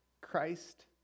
Christ